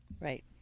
Right